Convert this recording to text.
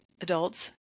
adults